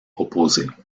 opposées